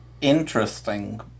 interesting